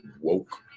woke